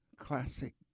classic